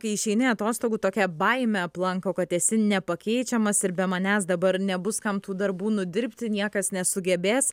kai išeini atostogų tokia baimė aplanko kad esi nepakeičiamas ir be manęs dabar nebus kam tų darbų nudirbti niekas nesugebės